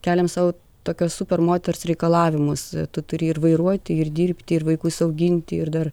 keliame sau tokio super moters reikalavimus tu turi ir vairuoti ir dirbti ir vaikus auginti ir dar